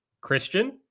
Christian